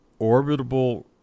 orbitable